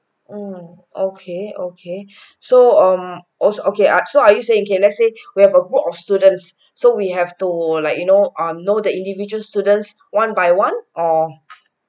mm okay okay so um os okay so are you saying okay let say we have a group of students so we have to like you know um know the individual students one by one or